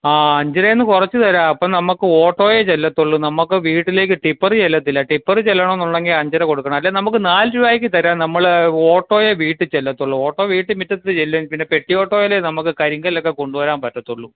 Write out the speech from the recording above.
ആ അഞ്ചു രൂപയിൽ നിന്നു കുറച്ചു തരാം അപ്പോൾ നമുക്ക് ഓട്ടോയിൽ ചെല്ലത്തുള്ളു നമുക്ക് വീട്ടിലേക്ക് ടിപ്പർ ചെല്ലത്തില്ല ടിപ്പർ ചെല്ലണമെന്നുണ്ടെങ്കിൽ അഞ്ചര കൊടുക്കണം അല്ലേ നമുക്ക് നാലു രൂപയ്ക്ക് തരാം നമ്മൾ ഓട്ടോയിൽ വീട്ടിൽ ചെല്ലത്തുള്ളൂ ഓട്ടോ വീട്ടിൽ മുറ്റത്ത് ചെല്ലും പിന്നെ പെട്ടി ഓട്ടോയിൽ നമുക്ക് കരിങ്കല്ലൊക്കെ കൊണ്ടു വരാൻ പറ്റത്തുള്ളൂ